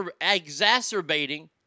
exacerbating